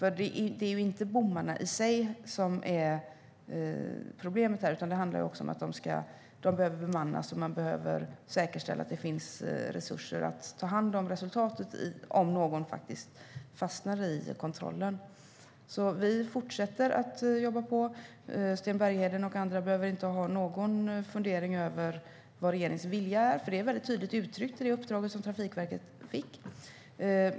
Det är ju inte bommarna i sig som är problemet här, utan det handlar också om att de behöver bemannas och att man behöver säkerställa att det finns resurser för att ta hand om resultatet om någon faktiskt fastnar i kontrollen. Vi fortsätter alltså att jobba på. Sten Bergheden och andra behöver inte fundera över vad regeringens vilja är, eftersom den är tydligt uttryckt i det uppdrag som Trafikverket fick.